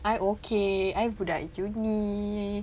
I okay I budak uni